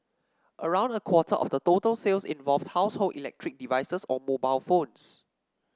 around a quarter of the total sales involved household electric devices or mobile phones